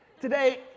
today